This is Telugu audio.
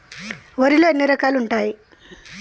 వరిలో ఎన్ని రకాలు ఉంటాయి?